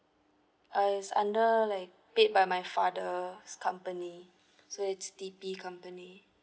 uh yes under like paid by my father's company so it's D_P company